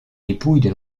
dépouilles